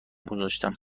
گذاشتم